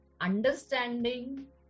Understanding